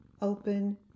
open